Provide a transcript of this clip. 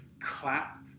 clap